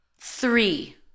three